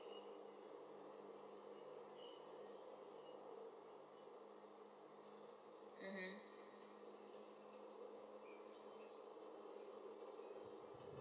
mmhmm